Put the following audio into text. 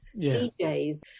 CJs